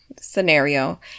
scenario